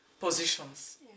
positions